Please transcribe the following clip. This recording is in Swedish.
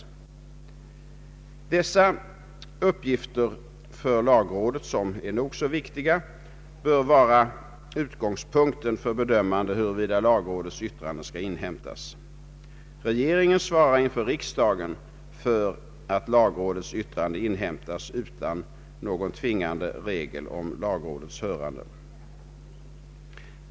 Dessa lagrådets uppgifter, som är nog så viktiga, bör vara utgångspunkten för bedömandet huruvida lagrådets yttrande skall inhämtas. Regeringen svarar inför riksdagen för att lagrådets yttrande inhämtas utan någon tvingande regel därom.